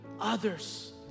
others